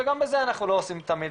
וגם בזה אנחנו לא עושים תמיד